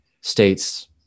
states